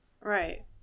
Right